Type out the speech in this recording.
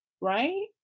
right